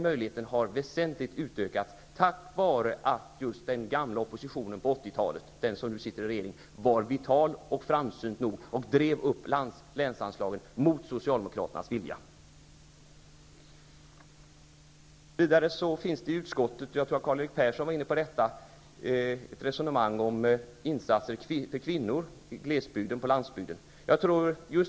Möjligheten därför har väsentligt utökats tack vare att den gamla oppositionen på 80-talet, den som nu sitter i regeringsställning, var vital och framsynt nog att driva upp länsanslaget, tvärtemot I utskottet förekommer det, som Karl-Erik Persson var inne på, ett resonemang om insatser för kvinnor i glesbygden.